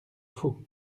faux